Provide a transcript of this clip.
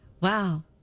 Wow